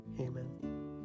Amen